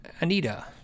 Anita